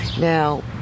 Now